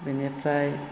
बिनिफ्राय